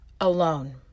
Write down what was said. alone